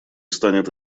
станет